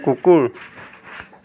কুকুৰ